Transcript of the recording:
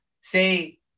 say